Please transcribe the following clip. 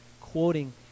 quoting